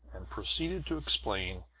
and proceeded to explain,